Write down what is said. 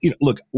look